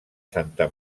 santa